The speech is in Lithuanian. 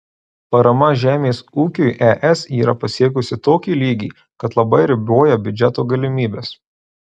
parama žemės ūkiui es yra pasiekusį tokį lygį kad labai riboja biudžeto galimybes